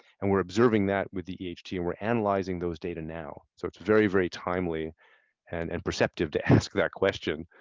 and we're observing that with the e h t. and analyzing those data now. so it's very, very timely and and perceptive to ask that question.